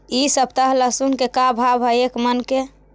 इ सप्ताह लहसुन के का भाव है एक मन के?